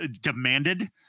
demanded